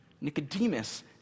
Nicodemus